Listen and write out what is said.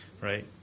Right